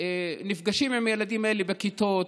שנפגשים עם הילדים האלה בכיתות,